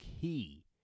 key